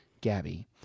Gabby